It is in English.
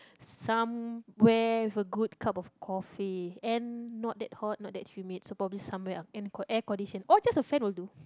somewhere with a good cup of coffee and not that hot not that humid so probably somewhere air-conditioned oh just a fan will do